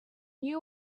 you